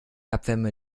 abwärme